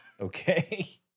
Okay